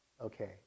okay